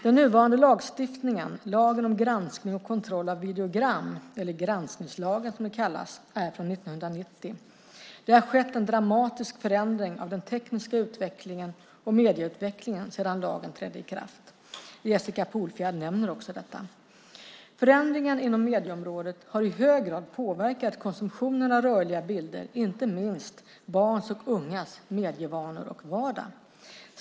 Den nuvarande lagstiftningen, lagen om granskning och kontroll av videogram, eller granskningslagen som den kallas, är från 1990. Det har skett en dramatisk förändring av den tekniska utvecklingen och medieutvecklingen sedan lagen trädde i kraft. Jessica Polfjärd nämner också detta. Förändringen inom medieområdet har i hög grad påverkat konsumtionen av rörliga bilder, inte minst barns och ungas medievanor och vardag.